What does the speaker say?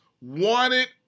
wanted